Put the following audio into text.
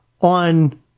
on